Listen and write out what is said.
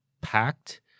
packed